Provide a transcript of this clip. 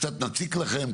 קצת נציג לכם.